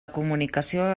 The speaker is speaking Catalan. comunicació